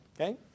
Okay